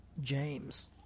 James